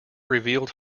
revealed